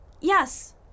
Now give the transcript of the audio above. Yes